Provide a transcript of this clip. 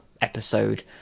episode